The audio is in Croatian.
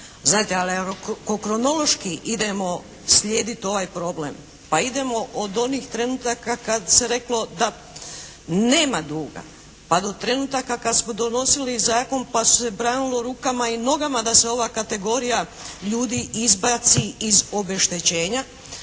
znate, ali ako kronološki idemo slijediti ovaj problem, pa idemo od onih trenutaka kad se reklo da nema duga, pa do trenutaka kad smo donosili zakon pa se branilo rukama i nogama da se ova kategorija ljudi izbaci iz obeštećenja,